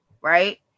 Right